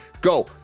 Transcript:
Go